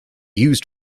used